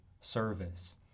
service